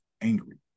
angry